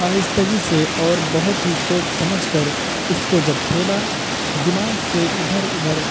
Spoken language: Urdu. آہستگی سے اور بہت ہی سوچ سمجھ کر اس کو جب کھیلا دماغ سے ادھر ادھر